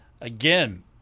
again